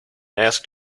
asked